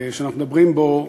שאנחנו מדברים בו,